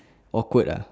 awkward ah